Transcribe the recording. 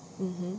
mm mm